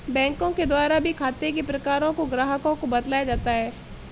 बैंकों के द्वारा भी खाते के प्रकारों को ग्राहकों को बतलाया जाता है